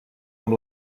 amb